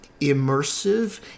immersive